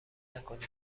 نکنین